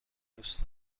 دوست